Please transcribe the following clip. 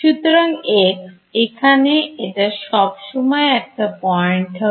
সুতরাং × এখানে এটা সব সময় একটা point হবে